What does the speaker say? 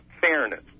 fairness